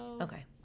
Okay